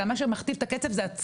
אלא מה שמכתיב את הקצב זה הצרכים,